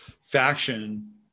faction